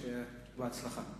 בהצלחה.